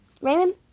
Raymond